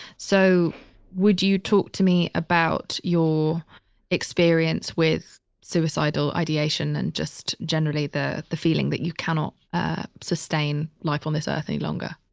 so would you talk to me about your experience with suicidal ideation and just generally the the feeling that you cannot sustain life on this earth any longer?